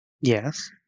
Yes